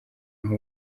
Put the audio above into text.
aho